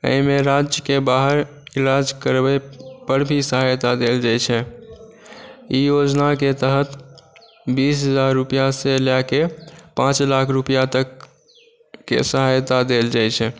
एहिमे राज्यके बाहर इलाज करबै पर भी सहायता देल जाय छै ई योजनाके तहत बीस हजार रुपआ से लए केँ पांच लाख रुपआ तक के सहायता देल जाय छै